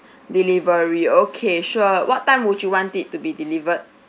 delivery okay sure what time would you want it to be delivered